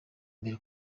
mbere